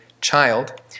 child